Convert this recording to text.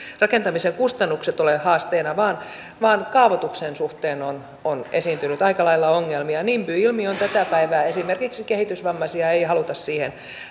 rakentamisen kustannukset ole haasteena vaan vaan kaavoituksen suhteen on on esiintynyt aika lailla ongelmia nimby ilmiö on tätä päivää esimerkiksi kehitysvammaisia ei haluta siihen